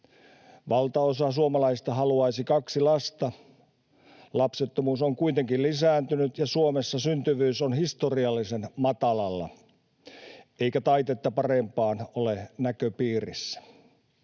Valtaosa suomalaisista haluaisi kaksi lasta. Lapsettomuus on kuitenkin lisääntynyt ja Suomessa syntyvyys on historiallisen matalalla, eikä taitetta parempaan ole näköpiirissä.